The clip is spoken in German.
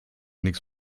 nichts